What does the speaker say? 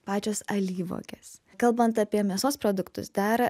pačios alyvuogės kalbant apie mėsos produktus dar